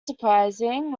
surprising